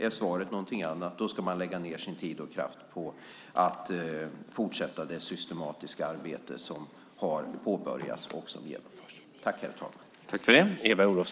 Är svaret någonting annat ska man lägga ned sin tid och kraft på att fortsätta det systematiska arbete som har påbörjats och som genomförs.